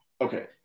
Okay